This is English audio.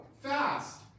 Fast